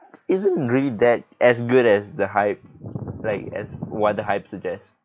isn't really that as good as the hype like as what the hype suggests